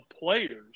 players